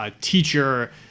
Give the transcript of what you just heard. Teacher